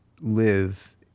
live